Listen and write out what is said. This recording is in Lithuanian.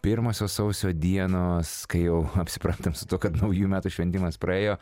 pirmosios sausio dienos kai jau apsiprantame su tuo kad naujųjų metų šventimas praėjo